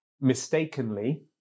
mistakenly